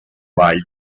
ball